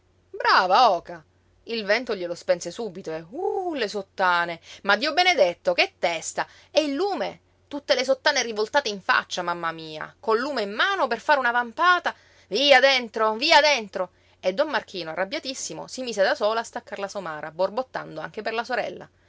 brava oca il vento glielo spense subito e uh le sottane ma dio benedetto che testa e il lume tutte le sottane rivoltate in faccia mamma mia col lume in mano per fare una vampata via dentro via dentro e don marchino arrabbiatissimo si mise da solo a staccar la somara borbottando anche per la sorella